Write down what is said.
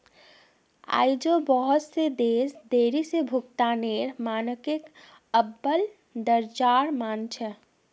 आई झो बहुत स देश देरी स भुगतानेर मानकक अव्वल दर्जार मान छेक